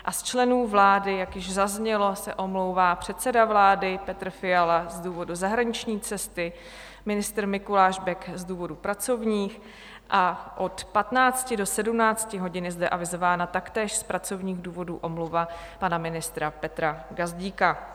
A z členů vlády, jak již zaznělo, se omlouvá předseda vlády Petr Fiala z důvodu zahraniční cesty, ministr Mikuláš Bek z důvodů pracovních a od 15 do 17 hodin je zde avizována, taktéž z pracovních důvodů, omluva pana ministra Petra Gazdíka.